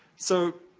so,